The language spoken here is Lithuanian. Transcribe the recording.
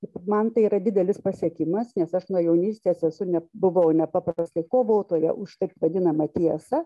ir man tai yra didelis pasiekimas nes aš nuo jaunystės esu ne buvau nepaprastai kovotoja už taip vadinama tiesą